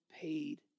paid